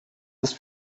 ist